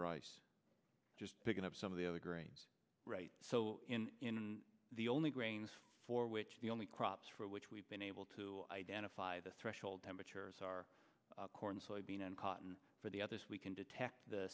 rice just picking up some of the other grains right so in the only grains for which the only crops for which we've been able to identify the threshold temperatures are corn soybean and cotton for the others we can detect the